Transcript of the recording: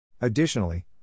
Additionally